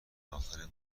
داخل